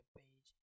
page